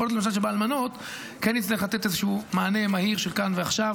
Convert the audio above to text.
יכול להיות למשל שבאלמנות כן נצטרך לתת איזשהו מענה מהיר של כאן ועכשיו,